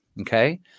okay